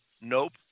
Nope